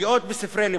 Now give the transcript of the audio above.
שגיאות בספרי לימוד: